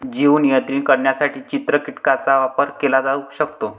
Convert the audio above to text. जीव नियंत्रित करण्यासाठी चित्र कीटकांचा वापर केला जाऊ शकतो